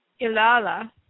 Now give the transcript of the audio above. Ilala